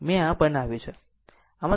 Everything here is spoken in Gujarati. મેં આ બનાવ્યું છે